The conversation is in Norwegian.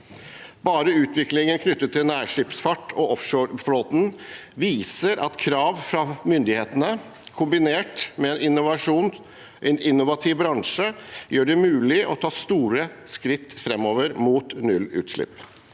Bare utviklingen knyttet til nærskipsfart og offshore-flåten viser at krav fra myndighetene kombinert med innovasjon, en innovativ bransje, gjør det mulig å ta store skritt framover mot nullutslipp.